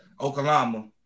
Oklahoma